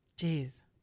Jeez